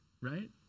right